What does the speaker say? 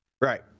Right